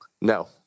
no